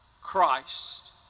Christ